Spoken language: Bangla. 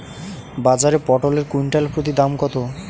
বাজারে পটল এর কুইন্টাল প্রতি দাম কত?